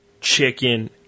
chicken